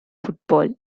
football